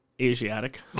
Asiatic